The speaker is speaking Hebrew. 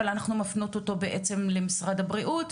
אבל אנחנו מפנות אותו בעצם למשרד הבריאות,